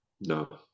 No